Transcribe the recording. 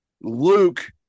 Luke